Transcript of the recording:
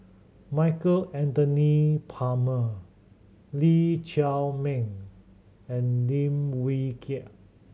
Michael Anthony Palmer Lee Chiaw Meng and Lim Wee Kiak